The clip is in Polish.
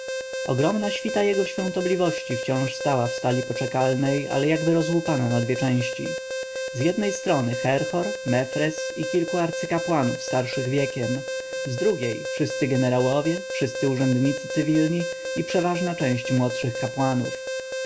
ogromna świta jego świątobliwości wciąż stała w sali poczekalnej ale jakby rozłupana na dwie części z jednej strony herhor mefres i kilku arcykapłanów starszych wiekiem z drugiej wszyscy jenerałowie wszyscy urzędnicy cywilni i przeważna ilość młodszych kapłanów